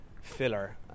filler